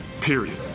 Period